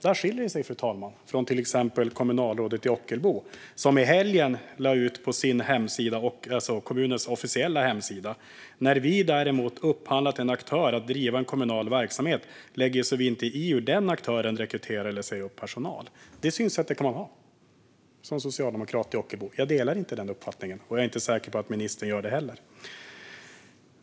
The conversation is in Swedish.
Det skiljer sig från till exempel kommunalrådet i Ockelbo, som i helgen lade ut följande på kommunens officiella hemsida: "När vi däremot upphandlat en aktör att driva en kommunal verksamhet lägger vi oss inte i hur den aktören rekryterar eller säger upp personal." Det synsättet kan man ha som socialdemokrat i Ockelbo, fru talman. Jag delar inte den uppfattningen. Jag är inte säker på att ministern gör det heller.